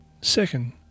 Second